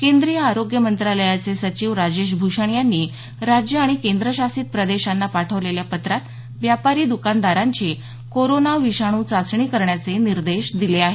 केंद्रीय आरोग्य मंत्रालयाचे सचिव राजेश भूषण यांनी राज्य आणि केंद्रशासित प्रदेशांना पाठवलेल्या पत्रात व्यापारी दकानदारांची कोरोना विषाणू चाचणी करण्याचे निर्देश दिले आहेत